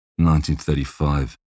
1935